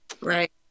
Right